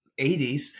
80s